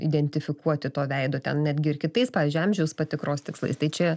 identifikuoti to veido ten netgi ir kitais pavyzdžiui amžiaus patikros tikslais tai čia